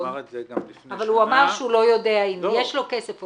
אבל הוא אמר שהוא לא יודע אם יש לו כסף,